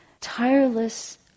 tireless